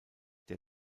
der